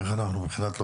בבקשה.